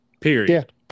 Period